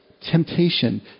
temptation